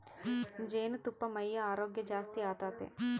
ಜೇನುತುಪ್ಪಾ ಮೈಯ ಆರೋಗ್ಯ ಜಾಸ್ತಿ ಆತತೆ